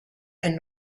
and